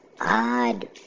odd